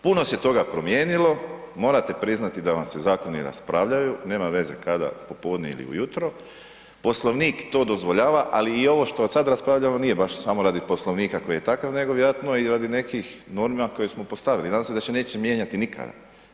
Puno se toga promijenilo, morate priznati da vam se zakoni raspravljaju, nema veze kada, popodne ili ujutro, Poslovnik to dozvoljava ali i ovo što sad raspravljamo nije baš samo radi Poslovnika koji je takav nego vjerojatno i radi nekih norma koje smo postavili, nadam se da se neće mijenjati nikada.